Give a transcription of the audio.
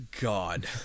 god